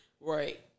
Right